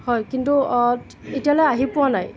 হয় কিন্তু এতিয়ালৈ আহি পোৱা নাই